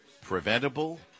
Preventable